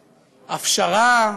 הפשרה,